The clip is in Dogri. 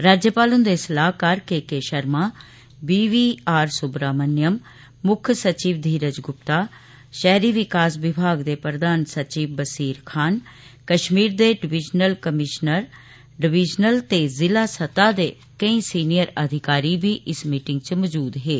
राज्यपाल ह्न्दे सलाहकार K K Sharma B V R Subrahmanyam मुक्ख सचिव धीरज गुप्ता शहरी विकास विभाग दे प्रधान सचिव वसीर खान कश्मीर दे डवीजनल कमीशनर डवीजनल ते ज़िला सतह दे केई सीनियर अधिकारी बी इस मीटिंग च मजूद हे